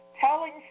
telling